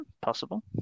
Possible